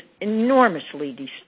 enormously